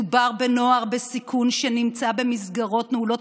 מדובר בנוער בסיכון שנמצא במסגרות נעולות